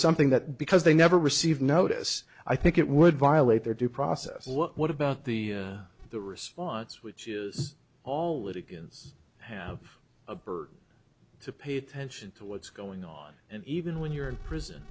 something that because they never received notice i think it would violate their due process what about the the response which is all litigants have a burden to pay attention to what's going on and even when you're in prison